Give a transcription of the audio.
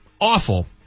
awful